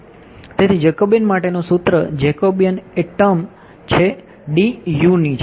તેથી જેકોબિયન માટેનું સૂત્ર જેકબિયન એ ટર્મ છે d u જેમ